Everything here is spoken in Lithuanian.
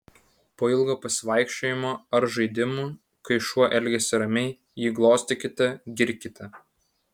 po ilgo pasivaikščiojimo ar žaidimų kai šuo elgiasi ramiai jį glostykite girkite